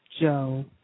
Joe